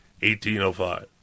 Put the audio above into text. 1805